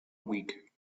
week